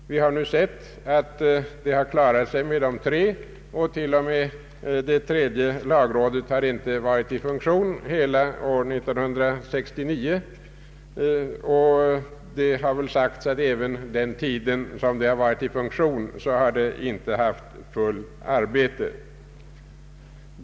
Vi har nu sett att det har klarat sig med tre stycken. Den tredje lagrådsavdelningen har inte ens varit i funktion under hela år 1969. Det har också sagts att under den tid den tredje avdelningen varit i funktion har den inte haft fullt upp med arbete.